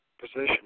position